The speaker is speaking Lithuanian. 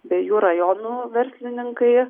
bei jų rajonų verslininkai